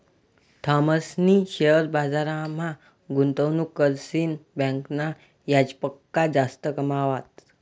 थॉमसनी शेअर बजारमा गुंतवणूक करीसन बँकना याजपक्सा जास्त कमावात